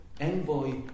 envoy